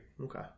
Okay